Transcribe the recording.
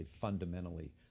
fundamentally